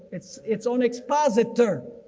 its its own expositor.